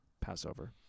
Passover